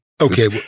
Okay